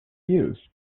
use